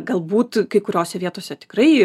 galbūt kai kuriose vietose tikrai